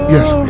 Yes